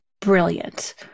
Brilliant